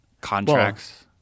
contracts